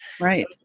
Right